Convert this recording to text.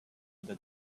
that